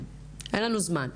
אין לנו זמן,